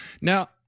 Now